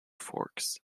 forks